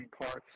parts